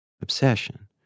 Obsession